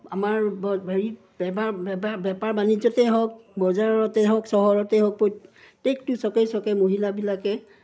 আমাৰ হেৰি বেপাৰ বাণিজ্যতেই হওক বজাৰতেই হওক চহৰতেই হওক প্ৰত্যেকটো চকে চকে মহিলাবিলাকে